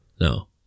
No